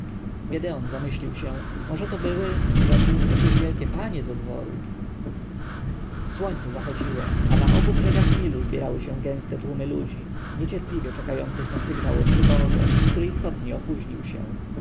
zamyślił się może to były rzekł jakieś wielkie panie ze dworu słońce zachodziło a na obu brzegach nilu zbierały się gęste tłumy ludzi niecierpliwie czekających na sygnał o przyborze który istotnie opóźnił się